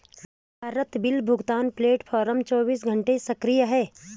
Bharat bill भुगतान platform चौबीसों घंटे सक्रिय है